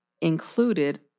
included